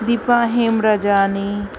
Deepa Hemrajani